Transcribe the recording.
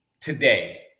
today